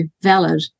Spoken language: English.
valid